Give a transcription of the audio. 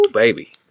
baby